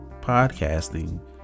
podcasting